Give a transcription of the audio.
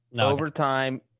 Overtime